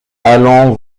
allons